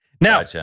Now